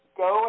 go